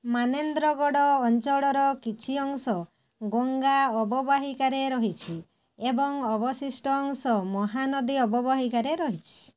ମାନେନ୍ଦ୍ରଗଡ଼ ଅଞ୍ଚଳର କିଛି ଅଂଶ ଗଙ୍ଗା ଅବବାହିକାରେ ରହିଛି ଏବଂ ଅବଶିଷ୍ଟ ଅଂଶ ମହାନଦୀ ଅବବାହିକାରେ ରହିଛି